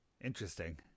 Interesting